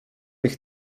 ich